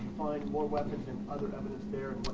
find more weapons and other evidence there?